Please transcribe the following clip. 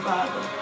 Father